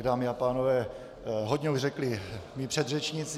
Dámy a pánové, hodně už řekli mí předřečníci.